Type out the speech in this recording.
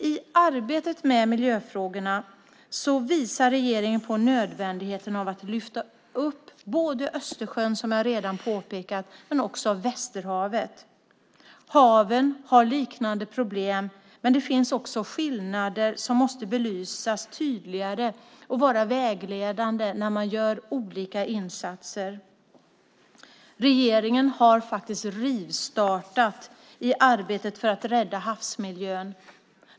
I arbetet med miljöfrågorna visar regeringen på nödvändigheten av att lyfta upp frågan om Östersjön, som jag redan har påpekat, och frågan om Västerhavet. Haven har liknande problem, men det finns också skillnader som måste belysas tydligare och vara vägledande vid olika insatser. Regeringen har faktiskt rivstartat arbetet för att rädda havsmiljön.